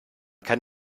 kann